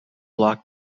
bloc